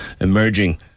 emerging